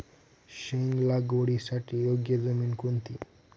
शेंग लागवडीसाठी योग्य जमीन कोणती?